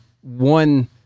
one